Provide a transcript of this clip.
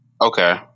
okay